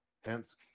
hence